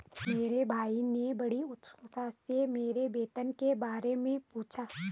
मेरे भाई ने बड़ी उत्सुकता से मेरी वेतन के बारे मे पूछा